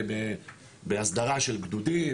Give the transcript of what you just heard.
בהסדרה של גדודים,